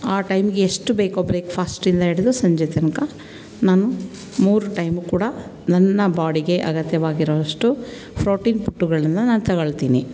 ಆ ಟೈಮಿಗೆ ಎಷ್ಟು ಬೇಕೋ ಬ್ರೇಕ್ಫಾಸ್ಟಿಂದ ಹಿಡಿದು ಸಂಜೆ ತನಕ ನಾನು ಮೂರು ಟೈಮು ಕೂಡ ನನ್ನ ಬಾಡಿಗೆ ಅಗತ್ಯವಾಗಿರುವಷ್ಟು ಫ್ರೋಟೀನ್ ಪುಡ್ಡುಗಳನ್ನು ನಾನು ತೊಗೊಳ್ತತೀನಿ